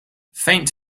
faint